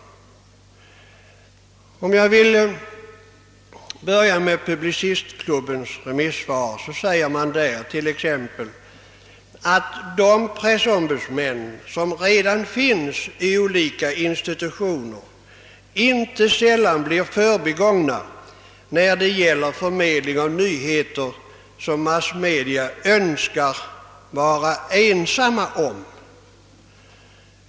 Publicistklubben säger i sitt remisssvar t.ex. att de pressombudsmän som redan finns i olika institutioner inte sällan blir förbigångna när det gäller förmedling av nyheter som massmedia önskar vara ensamma om.